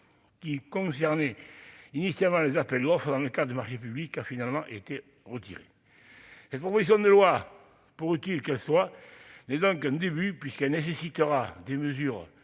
qui concernait initialement les appels d'offres dans le cadre de marchés publics a finalement été supprimé. Ainsi, cette proposition de loi, pour utile qu'elle soit, n'est qu'un début, puisqu'elle nécessitera des mesures